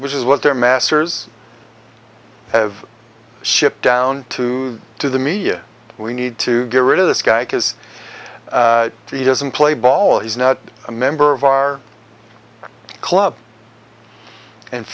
which is what their masters have shipped down to to the media we need to get rid of this guy because he doesn't play ball is not a member of our club and